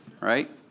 right